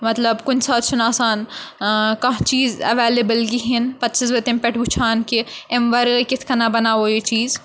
مطلب کُنہِ ساتہٕ چھُنہٕ آسان ٲں کانٛہہ چیٖز ایٚولیبٕل کِہیٖنۍ پَتہٕ چھَس بہٕ تمہِ پٮ۪ٹھ وُچھان کہِ امہِ وَرٲے کِتھ کٔنۍ بَناوو یہِ چیٖز